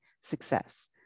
success